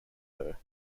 her